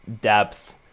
depth